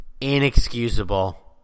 inexcusable